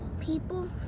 people